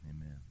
Amen